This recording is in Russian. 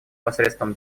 посредством